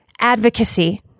advocacy